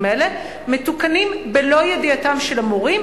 האלה מתוקנים בלא ידיעתם של המורים,